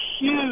huge